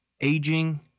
aging